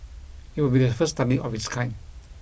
it will be the first study of its kind